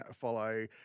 follow